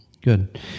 Good